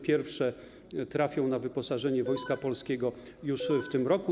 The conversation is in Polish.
Pierwsze trafią na wyposażenie Wojska Polskiego już w tym roku.